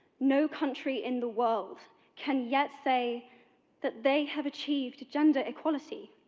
no country in the world can yet say that they have achieved gender equality.